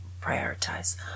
prioritize